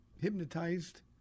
hypnotized